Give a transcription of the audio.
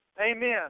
Amen